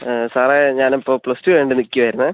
ആ സാറെ ഞാൻ ഇപ്പോൾ പ്ലസ് ടു കഴിഞ്ഞിട്ട് നിൽക്കുക ആയിരുന്നു